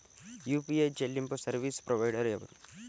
UPI చెల్లింపు service provider ఎవరు?